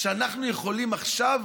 שאנחנו יכולים עכשיו